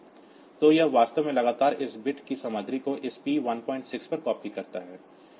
तो यह वास्तव में लगातार इस बिट की सामग्री को इस P16 पर कॉपी करता है